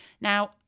Now